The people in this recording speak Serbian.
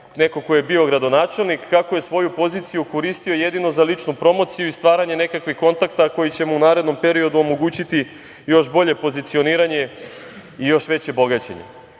neko ko je bio gradonačelnik, kako je svoju poziciju koristio jedino za ličnu promociju i stvaranje nekakvih kontakata koji će mu u narednom periodu omogućiti još bolje pozicioniranje i još veće bogaćenje. Čisto